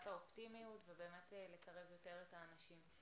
האופטימיות ובאמת לקרב יותר את האנשים.